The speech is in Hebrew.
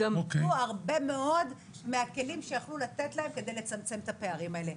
הם איבדו הרבה מאוד מהכלים שיכלו לתת להם כדי לצמצם את הפערים האלה.